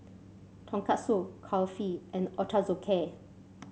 Tonkatsu Kulfi and Ochazuke